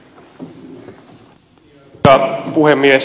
arvoisa puhemies